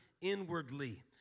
inwardly